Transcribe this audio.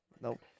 Nope